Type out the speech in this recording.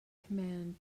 command